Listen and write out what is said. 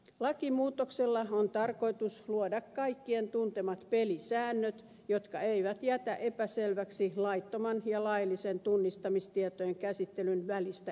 lakimuutoksella on tarkoitus luoda kaikkien tuntemat pelisäännöt jotka eivät jätä epäselväksi laittoman ja laillisen tunnistamistietojen käsittelyn välistä eroa